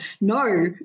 no